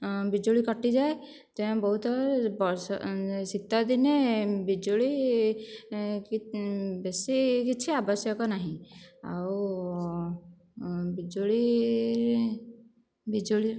ବିଜୁଳି କଟିଯାଏ ତେଣୁ ବହୁତ ଶୀତଦିନେ ବିଜୁଳି ବେଶିକିଛି ଆବଶ୍ୟକ ନାହିଁ ଆଉ ବିଜୁଳି ବିଜୁଳି